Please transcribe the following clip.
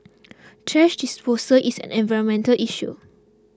thrash disposal is an environmental issue